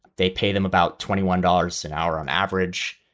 they pay them about twenty one dollars an hour on average.